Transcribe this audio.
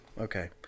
Okay